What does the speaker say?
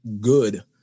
good